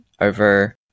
over